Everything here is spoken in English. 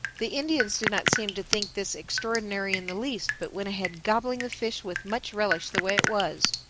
the indians did not seem to think this extraordinary in the least, but went ahead gobbling the fish with much relish the way it was,